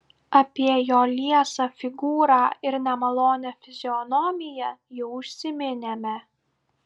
apie jo liesą figūrą ir nemalonią fizionomiją jau užsiminėme